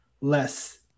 less